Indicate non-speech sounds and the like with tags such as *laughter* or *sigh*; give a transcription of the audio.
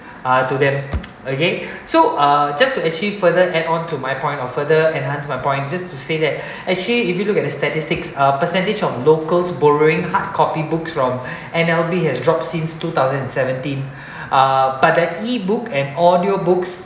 uh to them okay so uh just to actually further add on to my point or further enhance my point just to say that *breath* actually if you look at the statistics percentage of locals borrowing hard copy books from N_L_B has dropped since two thousand and seventeen uh but the E book and audio books